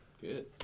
Good